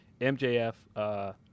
MJF